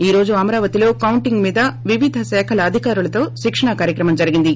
ఈ రోజు అమరావతి లో కౌంటింగ్ మీద వివిధ శాఖల అధికారులతో శిక్షణా కార్యక్రమం జరిగింది